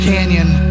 Canyon